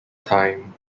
time